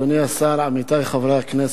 אדוני השר, עמיתי חברי הכנסת,